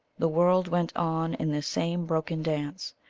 the world went on in this same broken dance,